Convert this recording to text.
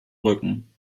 rücken